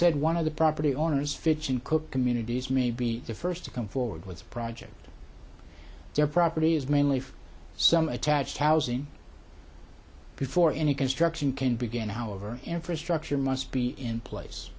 said one of the property owners fits in cooke communities may be the first to come forward with the project their property is mainly for some attached housing before any construction can begin however infrastructure must be in place